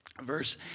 verse